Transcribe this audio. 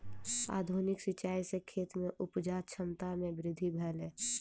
आधुनिक सिचाई सॅ खेत में उपजा क्षमता में वृद्धि भेलै